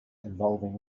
involving